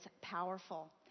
powerful